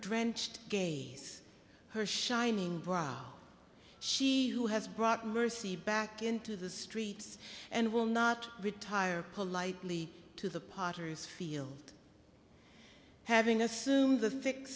drenched gave her shining bra she who has brought mercy back into the streets and will not retire politely to the potter's field having assumes a thick